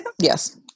Yes